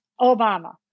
Obama